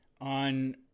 on